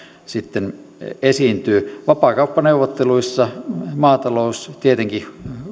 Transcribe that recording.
sitten esiintyy vapaakauppaneuvotteluissa maatalous tietenkin